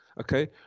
Okay